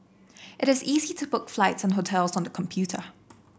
it is easy to book flights and hotels on the computer